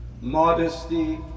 Modesty